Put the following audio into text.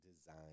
design